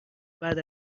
بعد